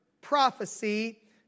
prophecy